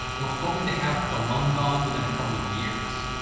we're hoping to have the loan gone within a couple of years.